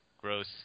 Gross